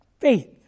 faith